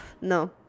No